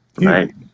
right